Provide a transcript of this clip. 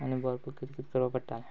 आनी भरपूर किदें किदें करपाक पडटाले